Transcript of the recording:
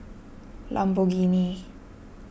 Lamborghini